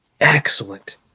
excellent